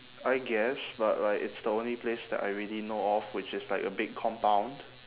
I guess but like it's the only place that I already know of which is like a big compound